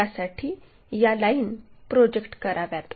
त्यासाठी या line project कराव्यात